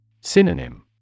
Synonym